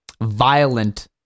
violent